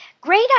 Great